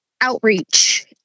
outreach